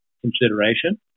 consideration